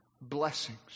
blessings